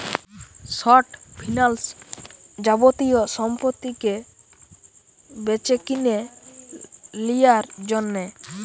short finance যাবতীয় সম্পত্তিকে বেচেকিনে লিয়ার জন্যে